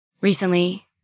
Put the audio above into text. Recently